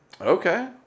okay